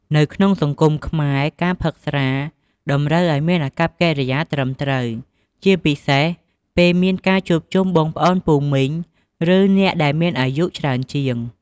នៅក្នុងសង្គមខ្មែរ ការផឹកស្រា តម្រូវអោយមានអាកប្បកិរិយាត្រឹមត្រូវជាពិសេសពេលមានការជួបជុំ បងប្អូន ពូមីង ឬអ្នកដែលមានអាយុច្រើងជាង។